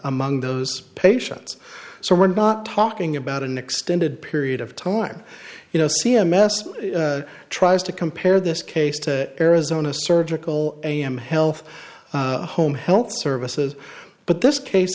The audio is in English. among those patients so we're not talking about an extended period of time you know c m s tries to compare this case to arizona surgical am health home health services but this cas